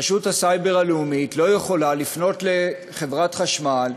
רשות הסייבר הלאומית לא יכולה לפנות לחברת חשמל,